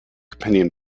opinion